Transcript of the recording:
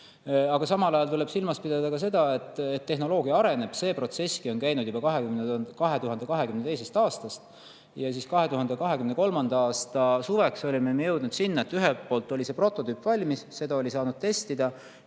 Aga samal ajal tuleb silmas pidada ka seda, et tehnoloogia areneb. See protsesski on käinud juba 2022. aastast. 2023. aasta suveks olime jõudnud sinna, et ühelt poolt oli see prototüüp valmis, seda oli saanud testida,